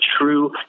true